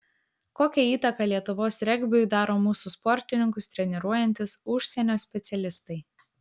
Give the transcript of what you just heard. kokią įtaką lietuvos regbiui daro mūsų sportininkus treniruojantys užsienio specialistai